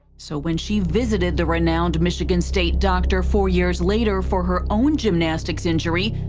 so when she visited the renowned michigan state doctor four years later for her own gymnastics injury,